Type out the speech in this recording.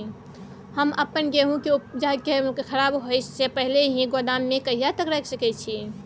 हम अपन गेहूं के उपजा के खराब होय से पहिले ही गोदाम में कहिया तक रख सके छी?